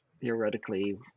theoretically